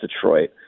Detroit